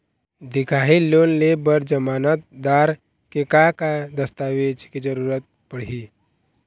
दिखाही लोन ले बर जमानतदार के का का दस्तावेज के जरूरत पड़ही?